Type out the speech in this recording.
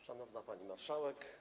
Szanowna Pani Marszałek!